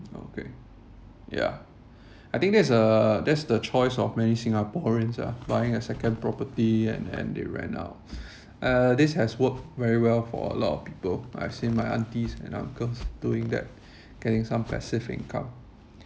okay yeah I think that's uh that's the choice of many singaporeans ah buying a second property and then they rent out uh this has worked very well for a lot of people I've seen my aunties and uncles doing that getting some passive income